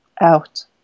out